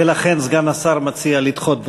ולכן סגן השר מציע לדחות,